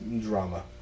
drama